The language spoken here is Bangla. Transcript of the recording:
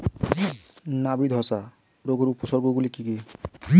নাবি ধসা রোগের উপসর্গগুলি কি কি?